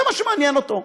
זה מה שמעניין אותו.